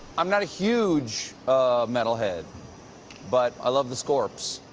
i'm not a huge metal-head, but i love the scorps,